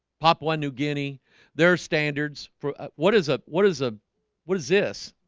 papua new guinea there are standards for what is a what is a what is this